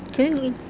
can I go in